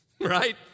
Right